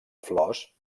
flors